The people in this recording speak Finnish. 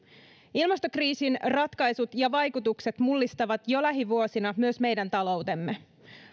ilmastokriisin ratkaisut ja vaikutukset mullistavat jo lähivuosina myös meidän taloutemme